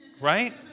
right